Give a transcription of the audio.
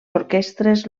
orquestres